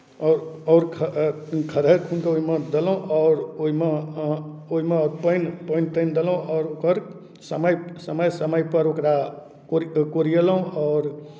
आओर आओर ख खदारि खूनि कऽ ओहिमे देलहुँ आओर ओहिमे ओहिमे पानि पानि तानि देलहुँ आओर ओकर समय समय समयपर ओकरा कोड़िएलहुँ आओर